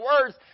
words